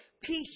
peace